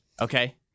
Okay